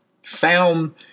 sound